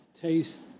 taste